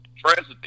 president